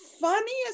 funniest